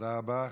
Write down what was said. תודה רבה.